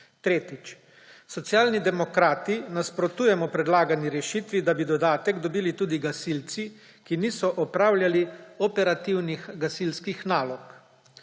Tretjič. Socialni demokrati nasprotujemo predlagani rešitvi, da bi dodatek dobili tudi gasilci, ki niso opravljali operativnih gasilskih nalog.